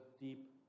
deep